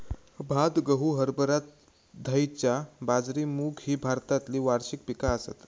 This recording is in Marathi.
भात, गहू, हरभरा, धैंचा, बाजरी, मूग ही भारतातली वार्षिक पिका आसत